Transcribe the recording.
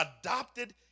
adopted